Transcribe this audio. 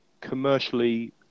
commercially